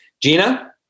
Gina